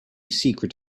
secret